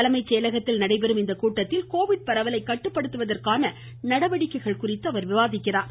தலைமைச் செயலகத்தில் நடைபெறும் இந்த கூட்டத்தில் கோவிட் பரவலை கட்டுப்படுத்துவதற்கான நடவடிக்கைகள் குறித்து அவர் விவாதிக்கிறார்